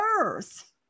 earth